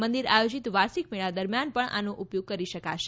મંદિર આયોજિત વાર્ષિક મેળા દરમિયાન પણ આનો ઉપયોગ કરી શકાશે